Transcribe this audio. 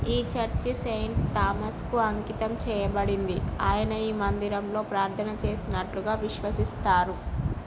ఈ చర్చి సెయింట్ థామస్కు అంకితం చేయబడింది ఆయన ఈ మందిరంలో ప్రార్థన చేసినట్లుగా విశ్వసిస్తారు